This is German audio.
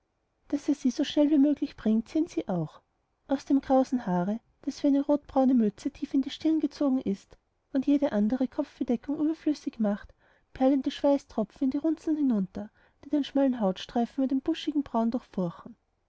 daß er sie so schnell wie möglich bringt sehen sie auch aus dem krausen haare das wie eine rotbraune mütze tief in die stirn gezogen ist und jede andere kopfbedeckung überflüssig macht perlen die schweißtropfen in die runzeln hinunter die den schmalen hautstreifen über den buschigen brauen